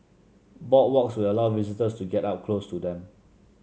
boardwalks will allow visitors to get up close to them